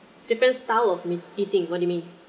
different style of meat eating what do you mean